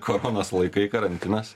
koronos laikai karantinas